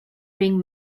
ring